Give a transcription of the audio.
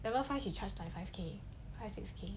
level five she charge twenty five K five six K